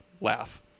laugh